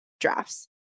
drafts